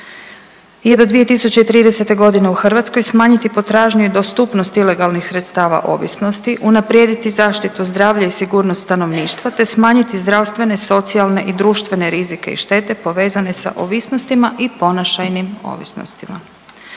je do 2030.g. u Hrvatskoj smanjiti potražnju i dostupnost ilegalnih sredstava ovisnosti, unaprijediti zaštitu zdravlja i sigurnost stanovništva te smanjiti zdravstvene, socijalne i društvene rizike i štite povezane sa ovisnostima i ponašajnim ovisnostima.